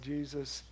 Jesus